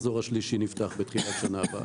בעזרת השם גם את המחזור השלישי נפתח בתחילת שנה הבאה.